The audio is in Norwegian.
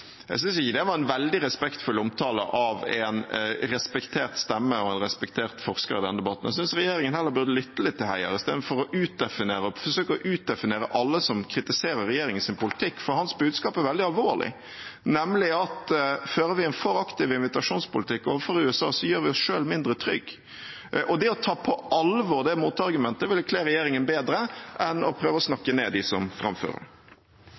Jeg synes ikke det var en veldig respektfull omtale av en respektert stemme og en respektert forsker i denne debatten. Jeg synes regjeringen heller burde lytte litt til Heier i stedet for å forsøke å utdefinere alle som kritiserer regjeringens politikk, for hans budskap er veldig alvorlig, nemlig at om vi fører en for aktiv invitasjonspolitikk overfor USA, gjør vi oss selv mindre trygge. Det å ta på alvor det motargumentet ville kle regjeringen bedre enn å prøve å snakke ned dem som framfører